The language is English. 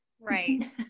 right